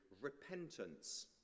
repentance